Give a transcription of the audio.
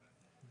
ברור.